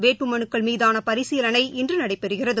வேட்புமனுக்கள் மீதானபரிசீலனை இன்றுநடைபெறுகிறது